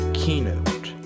keynote